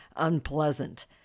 Unpleasant